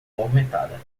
movimentada